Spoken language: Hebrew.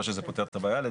לא שזה פותר את הבעיה.